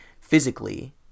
physically